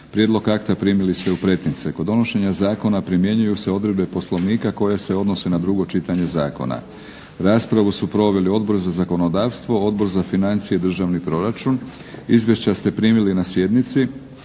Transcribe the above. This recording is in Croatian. Prijedlog akta primili ste u pretince. Kod donošenja zakona primjenjuju se odredbe Poslovnika koje se odnose na drugo čitanje zakona. Raspravu su proveli Odbor za zakonodavstvo, Odbor za financije i državni proračun. Izvješća ste primili na sjednici.